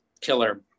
killer